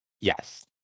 Yes